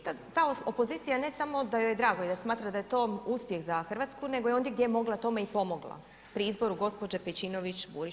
Ta opozicija ne samo da joj je drago i da smatra da je to uspjeh za Hrvatsku nego je ondje gdje je mogla tome i pomogla pri izboru gospođe Pejčinović Burić.